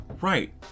Right